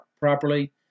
properly